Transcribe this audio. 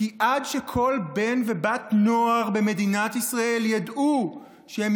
כי עד שכל בן ובת נוער במדינת ישראל ידעו שהם